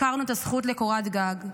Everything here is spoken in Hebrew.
הפקרנו את הזכות לקורת גג.